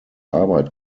arbeit